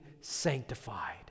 sanctified